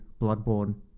Bloodborne